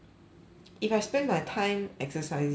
if I spend my time exercising